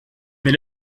mais